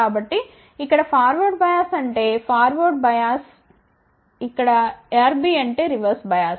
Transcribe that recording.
కాబట్టి ఇక్కడ FB అంటే ఫార్వర్డ్ బయాస్ RB అంటే రివర్స్ బయాస్